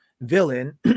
villain